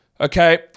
Okay